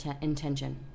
intention